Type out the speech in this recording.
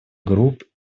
групп